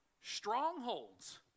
Strongholds